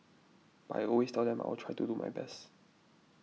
but I always tell them I will try to do my best